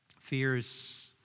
fears